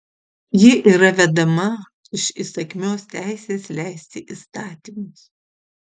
ji yra vedama iš įsakmios teisės leisti įstatymus